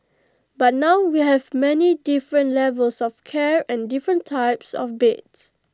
but now we have many different levels of care and different types of beds